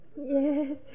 Yes